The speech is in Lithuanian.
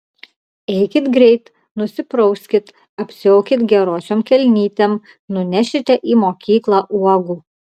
eikit greit nusiprauskit apsiaukit gerosiom kelnytėm nunešite į mokyklą uogų